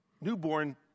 newborn